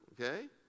okay